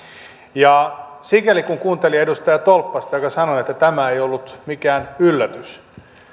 sikäli kun kuunteli edustaja tolppasta joka sanoi että tämä ei ollut mikään yllätys